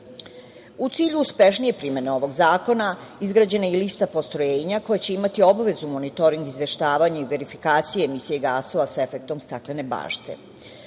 cilju uspešnije primene ovog zakona, izgrađena je i lista postrojenja koja će imati obavezu monitoring izveštavanja i verifikacije emisije gasova sa efektom "staklene bašte".